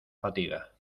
fatiga